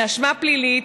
מאשמה פלילית,